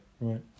Right